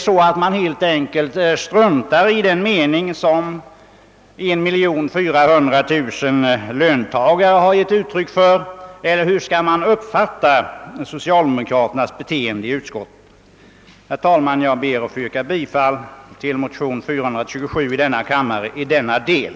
Struntar de helt enkelt i den mening som 1400 000 löntagare har givit uttryck för, eller hur skall man uppfatta socialdemokraternas beteende i utskottet? Herr talman! Jag ber att få yrka bifall till motionen II: 427 i denna del.